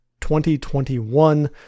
2021